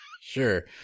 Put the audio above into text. Sure